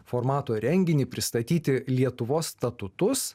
formato renginį pristatyti lietuvos statutus